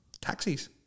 Taxis